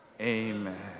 amen